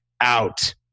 out